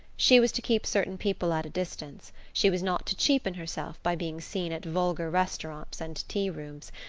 she was to keep certain people at a distance, she was not to cheapen herself by being seen at vulgar restaurants and tea-rooms,